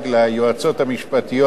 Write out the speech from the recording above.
ליועצות המשפטיות,